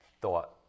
thought